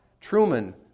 Truman